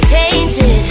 tainted